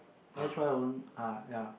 s_y won't ah ya